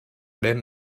then